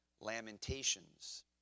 lamentations